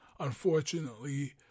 unfortunately